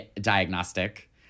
diagnostic